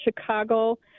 Chicago